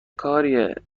کاریه